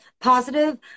positive